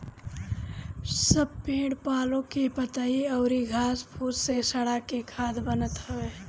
सब पेड़ पालो के पतइ अउरी घास फूस के सड़ा के खाद बनत हवे